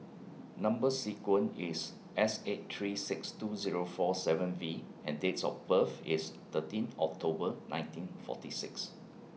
Number sequence IS S eight three six two Zero four seven V and Dates of birth IS thirteen October nineteen forty six